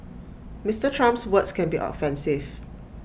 Mister Trump's words can be offensive